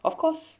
of course